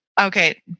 Okay